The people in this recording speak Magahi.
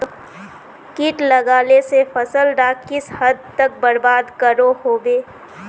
किट लगाले से फसल डाक किस हद तक बर्बाद करो होबे?